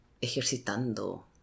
ejercitando